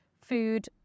food